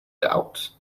doubt